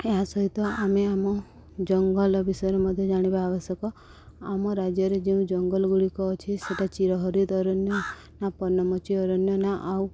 ଏହା ସହିତ ଆମେ ଆମ ଜଙ୍ଗଲ ବିଷୟରେ ମଧ୍ୟ ଜାଣିବା ଆବଶ୍ୟକ ଆମ ରାଜ୍ୟରେ ଯେଉଁ ଜଙ୍ଗଲ ଗୁଡ଼ିକ ଅଛି ସେଇଟା ଚିରହରିତ୍ ଅରଣ୍ୟ ନା ପର୍ଣ୍ଣମୋଚୀ ଅରଣ୍ୟ ନା ଆଉ